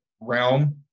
realm